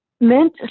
meant